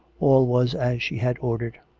all was as she had ordered.